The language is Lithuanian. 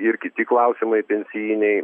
ir kiti klausimai pensijiniai